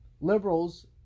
Liberals